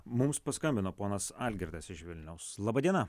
mums paskambino ponas algirdas iš vilniaus laba diena